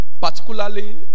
Particularly